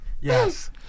Yes